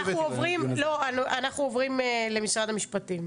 אנחנו עוברים למשרד המשפטים.